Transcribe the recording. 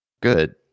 good